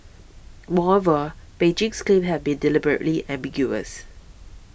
moreover Beijing's claims have been deliberately ambiguous